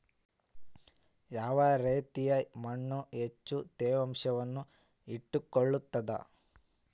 ಯಾವ ರೇತಿಯ ಮಣ್ಣು ಹೆಚ್ಚು ತೇವಾಂಶವನ್ನು ಹಿಡಿದಿಟ್ಟುಕೊಳ್ತದ?